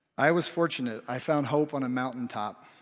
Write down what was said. i was fortunate i found hope on a mountaintop.